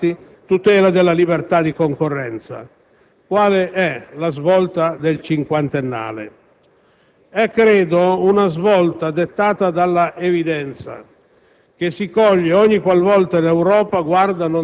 le politiche di liberalizzazione (aperture dei mercati, tutela della libertà di concorrenza). Qual è la svolta del cinquantennale? Credo sia una svolta dettata dall'evidenza